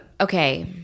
Okay